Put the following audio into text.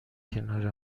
کنار